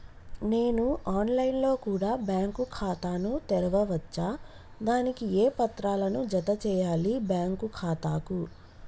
నేను online లో కూడా బ్యాంకు ఖాతా ను తెరవ వచ్చా? దానికి ఏ పత్రాలను జత చేయాలి బ్యాంకు ఖాతాకు?